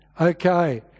Okay